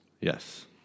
Yes